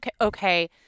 okay